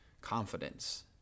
confidence